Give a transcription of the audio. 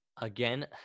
again